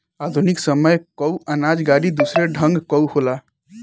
आधुनिक समय कअ अनाज गाड़ी दूसरे ढंग कअ होला